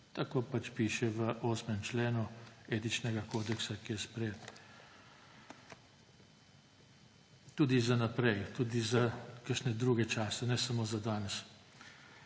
Tako pač piše v 8. členu etičnega kodeksa, ki je sprejet. Tudi za naprej, tudi za kakšne druge čase, ne samo za danes.